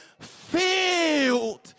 filled